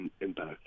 impact